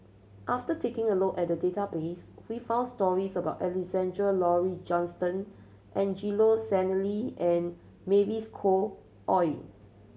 after taking a look at the database we found stories about Alexander Laurie Johnston Angelo Sanelli and Mavis Khoo Oei